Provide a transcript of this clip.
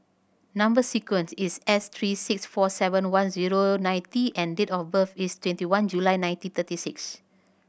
number sequence is S three six four seven one zero nine T and date of birth is twenty one July nineteen thirty six